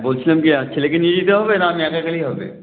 বলছিলাম যে আর ছেলেকে নিয়ে যেতে হবে না আমি একা গেলেই হবে